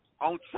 on